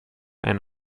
and